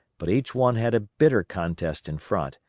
but each one had a bitter contest in front,